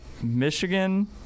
Michigan